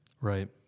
Right